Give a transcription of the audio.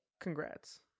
Congrats